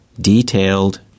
detailed